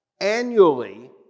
annually